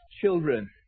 children